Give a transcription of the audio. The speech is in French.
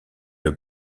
une